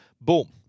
Boom